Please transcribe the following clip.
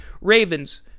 Ravens